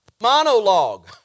Monologue